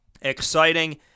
exciting